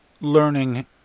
learning